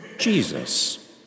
Jesus